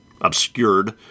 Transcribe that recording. obscured